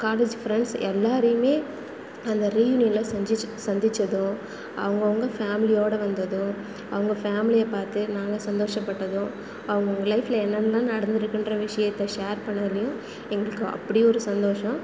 college friends எல்லாரையுமே அந்த ரீயூனியன்ல சஞ்சிச் சந்திச்சதோ அவங்கவுங்க ஃபேமிலியோட வந்ததோ அவங்க ஃபேமிலியை பார்த்து நாங்கள் சந்தோஷப்பட்டதோ அவுங்கவங்க லைஃப்ல என்னென்னலாம் நடந்துருக்கின்ற விஷியத்தை ஷேர் பண்ணதுலையும் எங்களுக்கு அப்படி ஒரு சந்தோஷம்